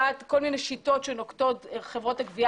שנוקטות חברות הגבייה,